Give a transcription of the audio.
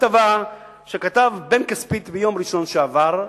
כתבה שכתב בן כספית ביום ראשון שעבר,